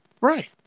Right